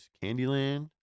Candyland